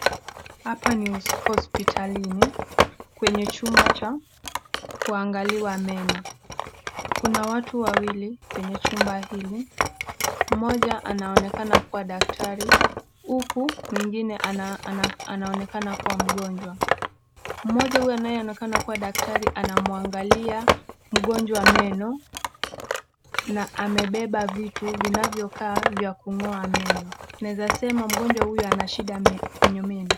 Hapa ni hospitalini kwenye chumba cha kuangaliwa meno. Kuna watu wawili kwenye chumba hili. Mmoja anaonekana kuwa daktari huku mwingine anaonekana kuwa mgonjwa. Mmoja huyo anayeonekana kuwa daktari anamuangalia mgonjwa meno na amebeba vitu vinavyokaa vya kung'oa meno. Naweza sema mgonjwa huyo ana shida kwenye meno.